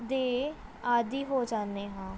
ਦੇ ਆਦੀ ਹੋ ਜਾਂਦੇ ਹਾਂ